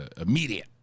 immediate